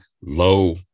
low